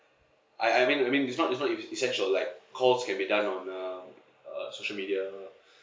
I I mean I mean it's not it's not essential like calls can be done on a uh social media